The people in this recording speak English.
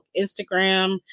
Instagram